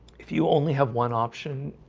if you only have one option